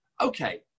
okay